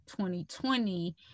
2020